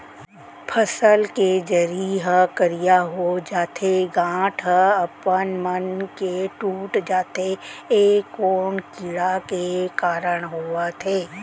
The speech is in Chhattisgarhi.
फसल के जरी ह करिया हो जाथे, गांठ ह अपनमन के टूट जाथे ए कोन कीड़ा के कारण होवत हे?